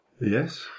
Yes